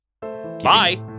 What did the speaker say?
bye